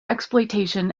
exploitation